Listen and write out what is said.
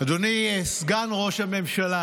אדוני סגן ראש הממשלה,